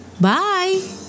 bye